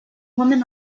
woman